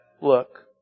look